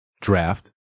draft